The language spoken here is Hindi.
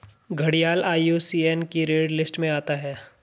घड़ियाल आई.यू.सी.एन की रेड लिस्ट में आता है